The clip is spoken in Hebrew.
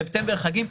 ספטמבר חגים.